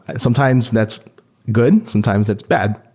sometimes that's good. sometimes that's bad.